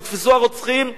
נתפסו הרוצחים,